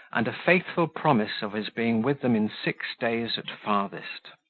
and a faithful promise of his being with them in six days at farthest.